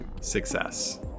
success